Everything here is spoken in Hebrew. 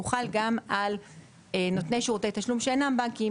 הוא חל גם על נותני שירותי תשלום שאינם בנקים.